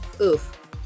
Oof